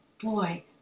boy